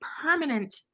permanent